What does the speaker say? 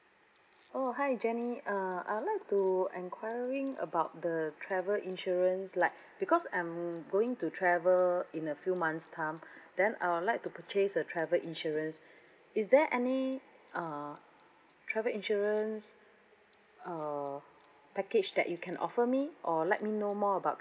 oh hi jenny uh I would to enquiring about the travel insurance like because I'm going to travel in a few months' time then I would like to purchase a travel insurance is there any uh travel insurance uh package that you can offer me or let me know more about